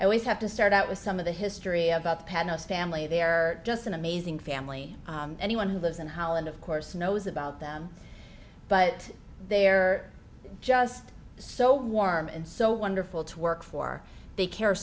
i always have to start out with some of the history about the panels family they're just an amazing family anyone who lives in holland of course knows about them but they're just so warm and so wonderful to work for they care